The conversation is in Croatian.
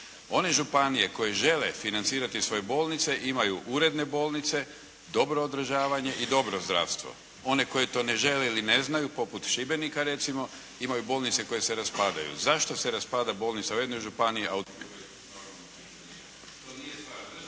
One županije koje žele financirati svoje bolnice imaju uredne bolnice, dobro održavanje i dobro zdravstvo. One koje to ne žele ili ne znaju poput Šibenika recimo, imaju bolnice koje se raspadaju. Zašto se raspada bolnica u jednoj županiji, a … /Govornik